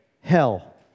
hell